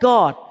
God